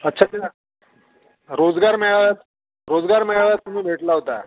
अच्छा त्या रोजगार मेळाव्यात रोजगार मेळाव्यात तुम्ही भेटला होता